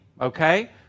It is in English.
okay